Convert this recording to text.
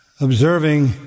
observing